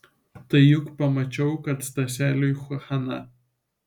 tai juk pamačiau kad staseliui chaną